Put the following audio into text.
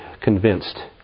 convinced